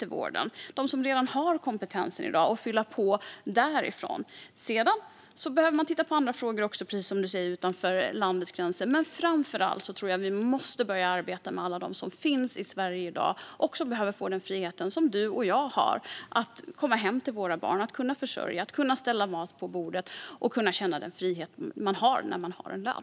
Det är de som redan har kompetensen i dag, och vi behöver fylla på därifrån. Sedan behöver man också titta på andra frågor och, precis som Anders W Jonsson säger, se utanför landets gränser. Men framför allt tror jag att vi måste börja arbeta med alla dem som finns i Sverige i dag. De behöver också få den frihet som du och jag har: att komma hem till våra barn, att kunna försörja dem, att kunna ställa mat på bordet och att kunna känna den frihet man har när man har en lön.